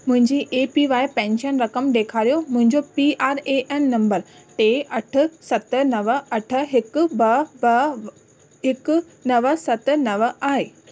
मुंहिंजी A P Y pension रक़म ॾेखारियो मुंहिंजो P R A N number टे अठ सत नव अठ हिकु ॿ ॿ हिकु नव सत नव आहे